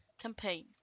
campaign